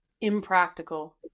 impractical